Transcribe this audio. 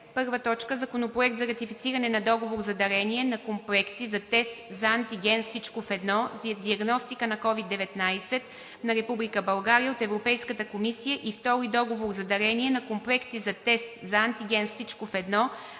дневен ред: 1. Законопроект за Ратифициране на договор за дарение на комплекти за тест за антиген „Всичко в едно“ за диагностика на COVID-19 на Република България от Европейската комисия и втори договор за дарение на комплекти за тест за антиген „Всичко в